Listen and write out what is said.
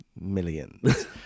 millions